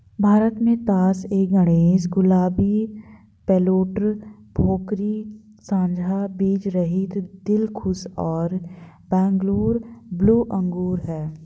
भारत में तास ए गणेश, गुलाबी, पेर्लेट, भोकरी, साझा बीजरहित, दिलखुश और बैंगलोर ब्लू अंगूर हैं